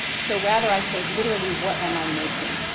so rather i think, literally, what am i making.